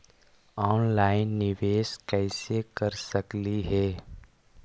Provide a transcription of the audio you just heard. Online निबेस कैसे कर सकली हे?